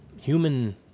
human